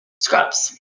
Scrubs